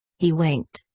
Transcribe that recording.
he winked.